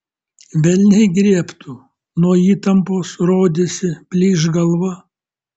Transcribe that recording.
velniai griebtų nuo įtampos rodėsi plyš galva